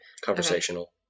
Conversational